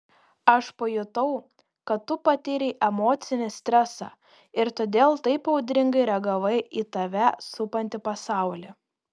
aš pajutau kad tu patyrei emocinį stresą ir todėl taip audringai reagavai į tave supantį pasaulį